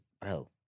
bro